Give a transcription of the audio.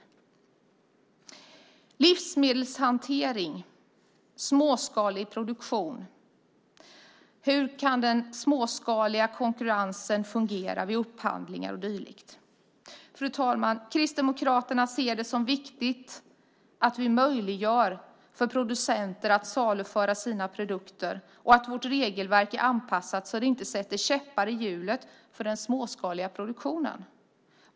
När det gäller livsmedelshantering och småskalig produktion kan man undra hur den småskaliga konkurrensen kan fungera vid upphandlingar. Fru talman! Kristdemokraterna tycker att det är viktigt att vi gör det möjligt för producenter att saluföra sina produkter och att vårt regelverk är anpassat så att det inte sätter käppar i hjulet för den småskaliga produktionen.